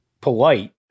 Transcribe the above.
Polite